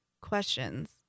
questions